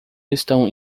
estão